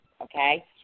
okay